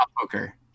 poker